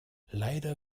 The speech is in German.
leider